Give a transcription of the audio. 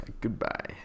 Goodbye